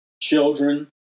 children